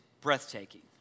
breathtaking